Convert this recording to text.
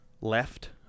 left